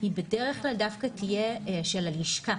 היא בד"כ דווקא תהיה של הלשכה,